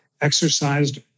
exercised